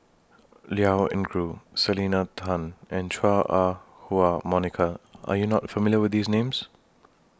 Liao Yingru Selena Tan and Chua Ah Huwa Monica Are YOU not familiar with These Names